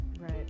Right